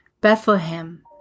Bethlehem